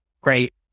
great